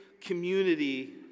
community